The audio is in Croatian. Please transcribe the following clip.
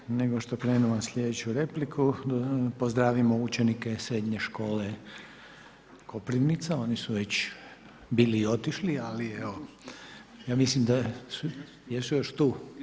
Prije nego što krenemo na sljedeću repliku, pozdravimo učenike srednje škole Koprivnica, oni su već bili i otišli ali evo, ja mislim da, jesu još tu?